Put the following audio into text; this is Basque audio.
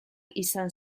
izan